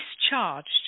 discharged